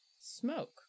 Smoke